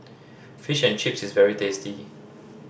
Fish and Chips is very tasty